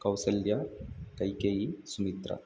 Kausalya Kaikeyi Sumitra